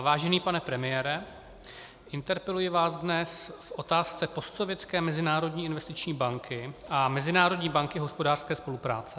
Vážený pane premiére, interpeluji vás dnes v otázce postsovětské Mezinárodní investiční banky a Mezinárodní banky pro hospodářskou spolupráci.